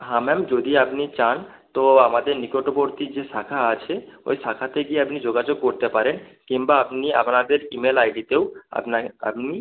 হ্যাঁ ম্যাম যদি আপনি চান তো আমাদের নিকটবর্তী যে শাখা আছে ওই শাখাতে গিয়ে আপনি যোগাযোগ করতে পারেন কিংবা আপনি আমাদের ইমেল আই ডিতেও আপনা আপনি